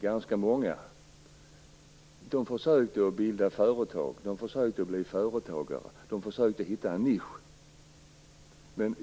Ganska många av de här personerna försökte bilda företag. De försökte alltså bli företagare och hitta en nisch.